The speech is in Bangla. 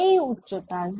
এই উচ্চতা z